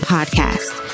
Podcast